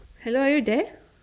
hello are you there